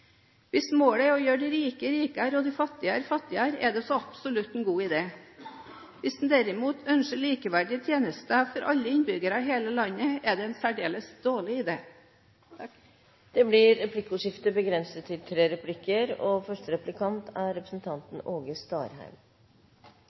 Hvis målet er å gjøre de rike rikere og de fattige fattigere, er det så absolutt en god idé. Hvis man derimot ønsker likeverdige tjenester for alle innbyggerne i landet, er det en særdeles dårlig idé. Det blir replikkordskifte. KS seier at kostnadsveksten i kommunane er